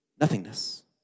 Nothingness